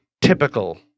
typical